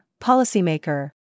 Policymaker